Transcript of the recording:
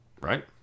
right